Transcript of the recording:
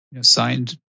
signed